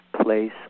place